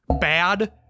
bad